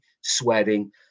sweating